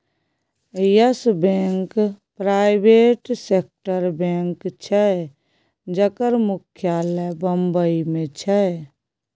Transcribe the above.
yes Bank private सेक्टरक bank छै जकर मुख्यालय बंबई मे छै